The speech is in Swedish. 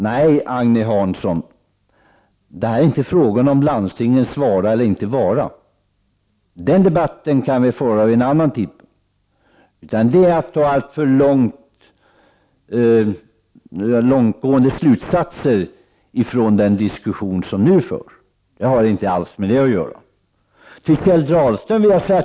Nej, Agne Hansson, här är det inte fråga om landstingens vara eller inte vara. Att tro det är att dra långtgående slutsatser av den diskussion som nu förs. Debatten om landstingen kan vi föra vid ett annat tillfälle.